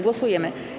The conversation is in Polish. Głosujemy.